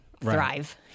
thrive